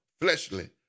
fleshly